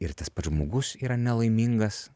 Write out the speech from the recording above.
ir tas pats žmogus yra nelaimingas